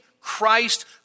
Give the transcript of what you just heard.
Christ